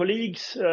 colleagues